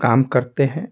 काम करते हैं